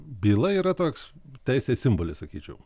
byla yra toks teisės simbolis sakyčiau